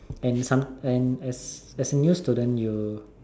and sometime as as a new student you